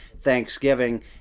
Thanksgiving